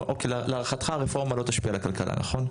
להערכתך הרפורמה לא תשפיע על הכלכלה נכון?